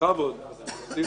יהיה קודם.